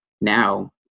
now